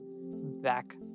back